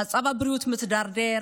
המצב הבריאותי מידרדר.